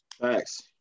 Thanks